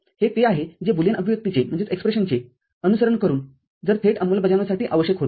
हे ते आहे जे बुलियन अभिव्यक्तीचे अनुसरण करून जर थेट अंमलबजावणीसाठी आवश्यक होते